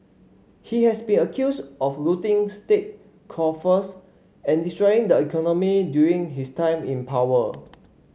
he has been accused of looting state coffers and destroying the economy during his time in power